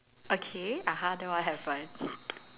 okay (uh huh) then what happened